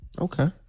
Okay